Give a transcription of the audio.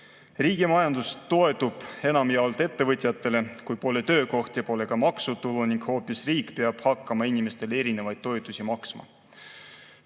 Riigi majandus toetub enamjaolt ettevõtjatele: kui pole töökohti, pole ka maksutulu ning riik peab hakkama inimestele erinevaid toetusi maksma.